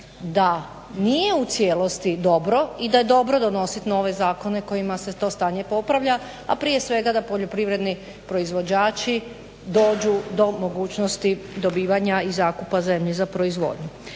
da nije u cijelosti dobro i da je dobro donosit nove zakone kojima se to stanje popravlja, a prije svega da poljoprivredni proizvođači dođu do mogućnosti dobivanja i zakupa zemlje za proizvodnju.